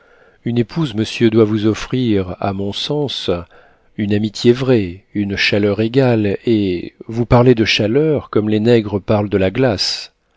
une épouse monsieur doit vous offrir à mon sens une amitié vraie une chaleur égale et vous parlez de chaleur comme les nègres parlent de la glace